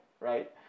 Right